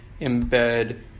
embed